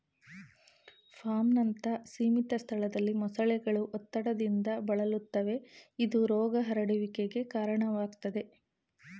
ಫಾರ್ಮ್ನಂತ ಸೀಮಿತ ಸ್ಥಳದಲ್ಲಿ ಮೊಸಳೆಗಳು ಒತ್ತಡದಿಂದ ಬಳಲುತ್ತವೆ ಇದು ರೋಗ ಹರಡುವಿಕೆಗೆ ಕಾರಣವಾಗ್ತದೆ